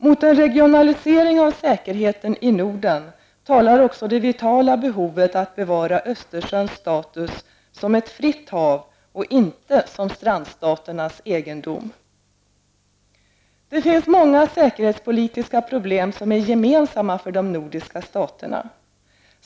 Mot en regionalisering av säkerheten i Norden talar också det vitala behovet av att bevara Östersjöns status som ett fritt hav och inte som strandstaternas egendom. Många säkerhetspolitiska problem är gemensamma för de nordiska staterna.